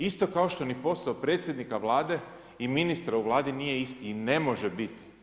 Isto kao ni posao predsjednika Vlada i ministra u Vladi nije isti i ne može biti.